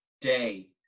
day